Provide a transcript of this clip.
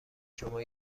شما